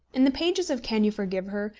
in the pages of can you forgive her?